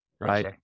right